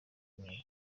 gahari